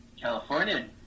California